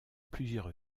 plusieurs